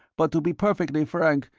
but to be perfectly frank,